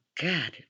God